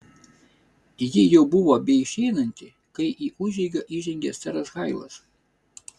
ji jau buvo beišeinanti kai į užeigą įžengė seras hailas